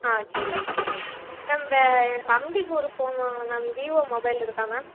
ஆ சரி okay ma'am ma'am என் தம்பிக்கு ஒரு ஃபோன் வாங்கணும் மேம் விவோ மொபைல் இருக்கா மேம்